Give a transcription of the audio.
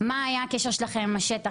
מה היה הקשר שלכם עם השטח.